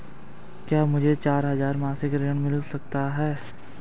क्या मुझे चार हजार मासिक ऋण मिल सकता है?